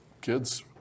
Kids